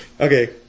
Okay